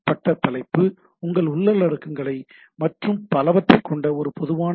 பட்டப் தலைப்பு உங்கள் உள்ளடக்கங்களை மற்றும் பலவற்றைக் கொண்ட ஒரு பொதுவான ஹெச்